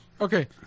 Okay